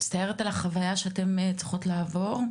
אני מצטערת על החוויה שאתן צריכות לעבור,